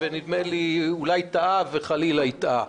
ונדמה לי אולי טעה וחלילה הטעה.